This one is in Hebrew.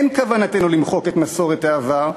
אין כוונתנו למחוק את מסורת העבר,